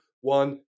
one